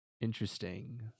interesting